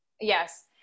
Yes